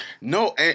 No